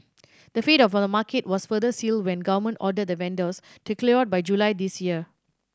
the fate of the market was further sealed when government ordered the vendors to clear out by July this year